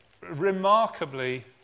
remarkably